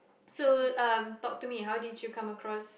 so um talk to me how did you come across